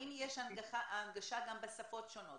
האם יש הנגשה בשפות שונות?